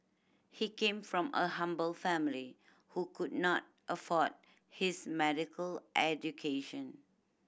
he came from a humble family who could not afford his medical education